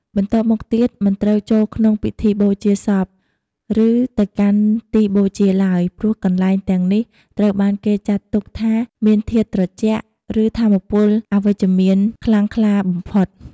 បន្ទាប់មកទៀត មិនត្រូវចូលក្នុងពិធីបូជាសព ឬទៅកាន់ទីបូជាឡើយ ព្រោះកន្លែងទាំងនេះត្រូវបានគេចាត់ទុកថាមានធាតុត្រជាក់ ឬថាមពលអវិជ្ជមានខ្លាំងក្លាបំផុត។